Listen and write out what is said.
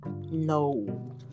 No